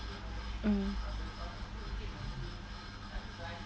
mm